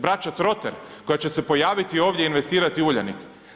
Braća Trotter, koja će se pojaviti ovdje i investirati u Uljanik.